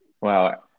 Wow